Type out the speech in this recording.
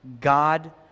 God